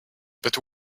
but